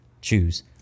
choose